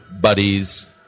buddies